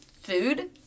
food